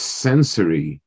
sensory